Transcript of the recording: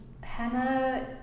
Hannah